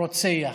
הרוצח.